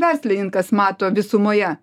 verslininkas mato visumoje